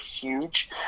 huge